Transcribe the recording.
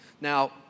Now